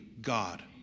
God